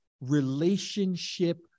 relationship